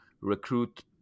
recruit